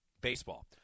baseball